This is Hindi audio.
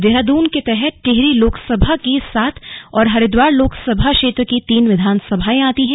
देहरादून के तहत टिहरी लोकसभा की सात और हरिद्वार लोकसभा क्षेत्र की तीन विधानसभाएं आती हैं